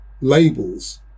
labels